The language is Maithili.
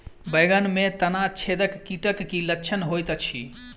बैंगन मे तना छेदक कीटक की लक्षण होइत अछि?